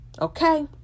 Okay